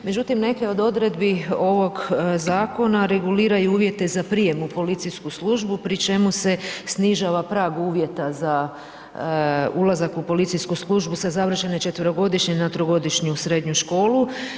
Međutim, neke od odredbi ovog Zakona regulira i uvijete za prijem u policijsku službu pri čemu se snižava prag uvjeta za ulazak u policijsku službu sa završene četverogodišnje na trogodišnju srednju školu.